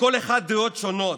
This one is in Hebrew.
לכל אחד דעות שונות,